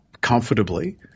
comfortably